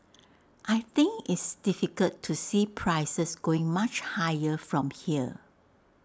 I think it's difficult to see prices going much higher from here